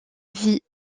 vit